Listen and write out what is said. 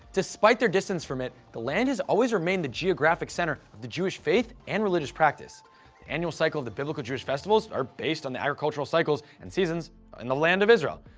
despite their distance from it, the land has always remained the geographic center of the jewish faith and religious practice. the annual cycle of the biblical jewish festivals are based on the agricultural cycles and seasons in the land of israel.